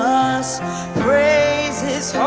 us praise his